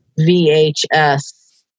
VHS